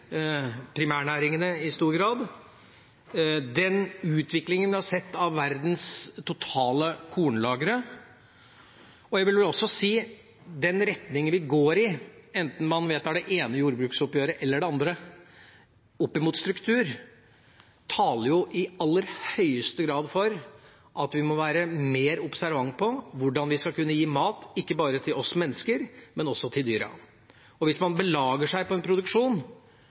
primærnæringene i stor grad, den utviklingen vi har sett av verdens totale kornlagre, og jeg vil også si den retningen vi går i – enten man vedtar det ene jordbruksoppgjøret eller det andre – når det gjelder struktur, taler jo i aller høyeste grad for at vi må være mer observante med tanke på hvordan vi skal kunne gi mat ikke bare til oss mennesker, men også til dyra. Hvis man belager seg på en produksjon